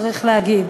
צריך להגיד,